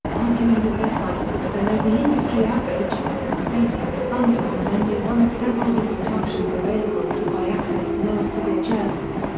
arguing that their prices are below the industry average, and stating that bundling is only one of several different options available to buy access to elsevier journals.